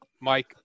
Mike